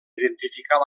identificar